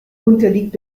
unterliegt